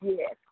Yes